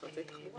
מחטפי תחבורה.